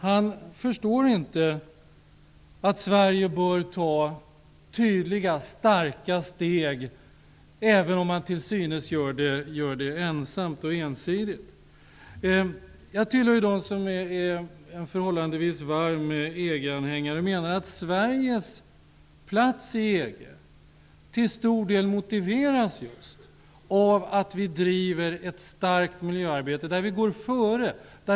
Han förstår inte att Sverige bör ta tydliga, starka steg även om man till synes gör det ensamt och ensidigt. Jag tillhör dem som är förhållandevis varma EG-anhängare och menar att Sveriges plats i EG till stor del motiveras just av att vi driver ett starkt miljöarbete, där vi går före.